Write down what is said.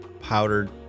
powdered